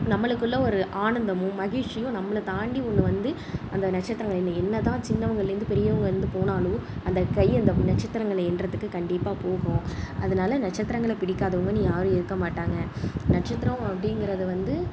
நம்மளுக்குள் ஒரு ஆனந்தமும் மகிழ்ச்சியும் நம்மளை தாண்டி ஒன்று வந்து அந்த நட்சத்திரங்களை என்னதான் சின்னவங்கள்லேருந்து பெரியவர்கள்லேருந்து போனாலும் அந்த கை அந்த நட்சத்திரங்களை எண்ணுறதுக்கு கண்டிப்பாக போகும் அதனால் நட்சத்திரங்களை பிடிக்காதவங்கன்னு யாரும் இருக்க மாட்டாங்க நட்சத்திரம் அப்படிங்கிறது வந்து